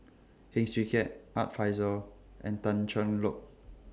Heng Swee Keat Art Fazil and Tan Cheng Lock